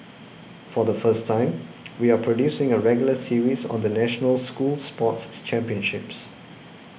for the first time we are producing a regular series on the national school sports championships